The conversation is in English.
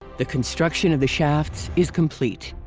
the construction of the shafts is complete.